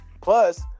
Plus